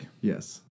Yes